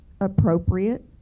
appropriate